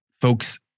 folks